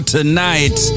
Tonight